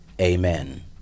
amen